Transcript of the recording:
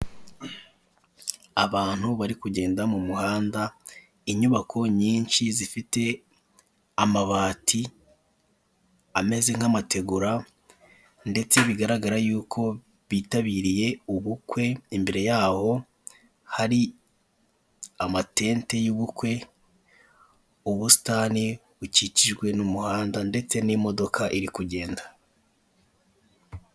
Abantu bari kugenda mu muhanda, inyubako nyinshi zifite amabati ameze nk'amategura ndetse bigaragara yuko bitabiriye ubukwe, imbere yaho hari amatente y'ubukwe, ubusitani bukikijwe n'umuhanda ndetse n'imodoka iri kugenda.